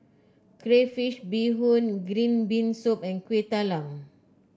Crayfish Beehoon Green Bean Soup and Kuih Talam